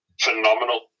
phenomenal